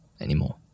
anymore